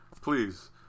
please